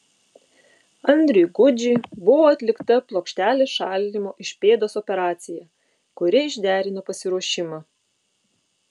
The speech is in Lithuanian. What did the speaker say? andriui gudžiui buvo atlikta plokštelės šalinimo iš pėdos operacija kuri išderino pasiruošimą